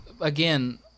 again